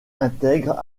intègre